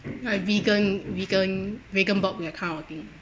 like vegan vegan vegan burg~ that kind of thing